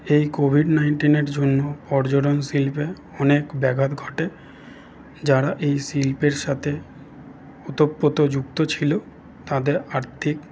এই কোভিড নাইনটিনের জন্য পর্যটন শিল্পে অনেক ব্যাঘাত ঘটে যারা এই শিল্পের সাথে ওতপ্রোত যুক্ত ছিল তাদের আর্থিক